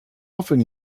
often